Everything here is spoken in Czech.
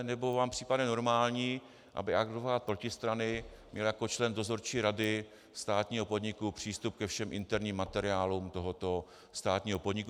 Nebo vám připadne normální, aby advokát protistrany měl jako člen dozorčí rady státního podniku přístup ke všem interním materiálům tohoto státního podniku?